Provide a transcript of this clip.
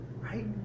Right